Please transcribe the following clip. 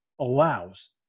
allows